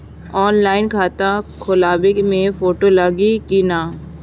Online खाता खोलबाबे मे फोटो लागि कि ना?